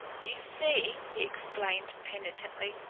you see, he explained penitently,